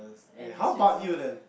and